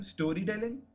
Storytelling